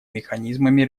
механизмами